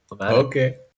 okay